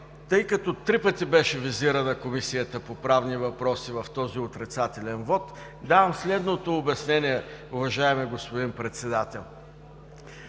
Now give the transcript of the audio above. Тъй като три пъти беше визирана Комисията по правни въпроси в този отрицателен вот, давам следното обяснение, уважаеми господин Председател.